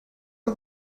are